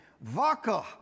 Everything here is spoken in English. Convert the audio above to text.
vodka